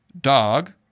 dog